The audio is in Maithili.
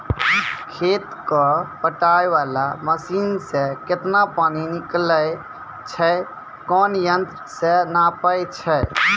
खेत कऽ पटाय वाला मसीन से केतना पानी निकलैय छै कोन यंत्र से नपाय छै